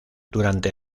durante